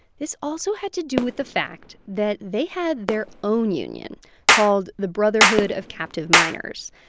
this also had to do with the fact that they had their own union called the brotherhood of captive miners.